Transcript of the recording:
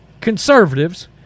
conservatives